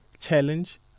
challenge